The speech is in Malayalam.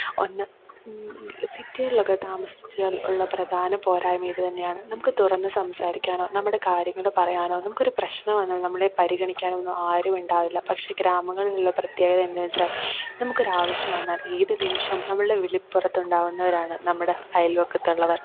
ഒന്ന് സിറ്റികളിലൊക്കെ താമസിച്ചാൽ ഉള്ള പ്രധാന പോരായ്മ ഇത് തന്നെയാണ് നമുക്ക് തുറന്ന് സംസാരിക്കാനോ നമ്മുടെ കാര്യങ്ങള് പറയാനോ നമുക്കൊരു പ്രശ്നം വന്നാൽ നമ്മളെ പരിഗണിക്കാനൊന്നും ആരും ഉണ്ടാവില്ല പക്ഷെ ഗ്രാമങ്ങളിലുള്ള പ്രത്യേകത എന്തെന്ന് വച്ചാൽ നമുക്കൊരാവശ്യം വന്നാൽ ഏത് നിമിഷവും നമ്മളുടെ വിളിപുറത്തുണ്ടാവുന്നവരാണ് നമ്മുടെ അയൽവക്കത്തുള്ളവർ